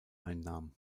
einnahm